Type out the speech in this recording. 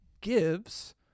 gives